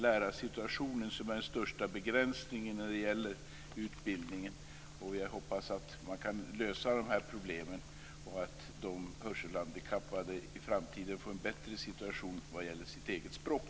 Lärarsituationen är den största begränsningen när det gäller utbildningen. Jag hoppas att man kan lösa de problemen och att de hörselhandikappade i framtiden får en bättre situation vad beträffar deras eget språk.